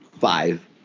five